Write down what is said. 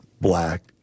black